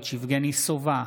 סגלוביץ'; יבגני סובה,